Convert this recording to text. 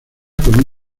con